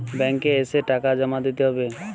Bank এ এসে টাকা জমা দিতে হবে?